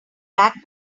back